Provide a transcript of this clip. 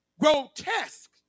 grotesque